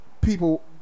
People